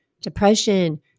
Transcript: depression